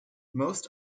most